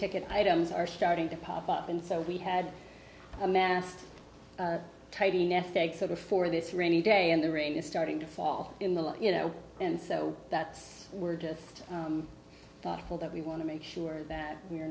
ticket items are starting to pop up and so we had amassed the nest egg sort of for this rainy day and the rain is starting to fall in the you know and so that's we're just thankful that we want to make sure that